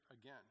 again